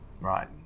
right